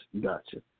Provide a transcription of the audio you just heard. Gotcha